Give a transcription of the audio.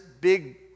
big